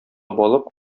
балык